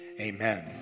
Amen